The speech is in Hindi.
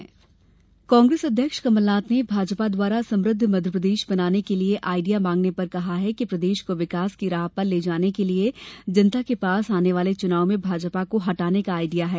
कमलनाथ कांग्रेस अध्यक्ष कमलनाथ ने भाजपा द्वारा समृद्ध मध्यप्रदेश बनाने के लिये आइडिया मांगने पर कहा है कि प्रदेश को विकास की राह पर ले जाने के लिए जनता के पास आने वाले चुनाव में भाजपा को हटाने का आइडिया है